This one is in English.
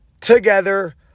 together